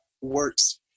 works